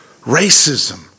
racism